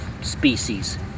species